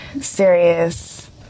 serious